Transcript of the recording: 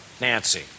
Nancy